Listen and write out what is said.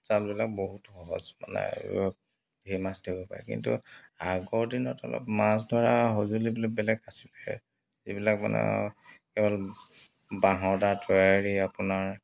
জালবিলাক বহুত সহজ মানে ঢেৰ মাছ ধৰিব পাৰে কিন্তু আগৰ দিনত অলপ মাছ ধৰা সঁজুলিবিলাক বেলেগ আছিলে যিবিলাক মানে কেৱল বাঁহৰ দ্বাৰা তৈয়াৰী আপোনাৰ